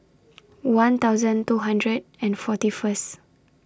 one thousand two hundred and forty First